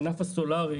הענף הסולארי,